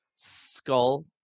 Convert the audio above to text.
skull